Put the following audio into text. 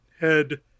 head